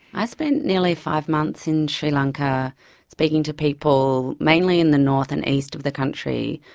i spent nearly five months in sri lanka speaking to people, mainly in the north and east of the country,